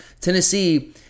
Tennessee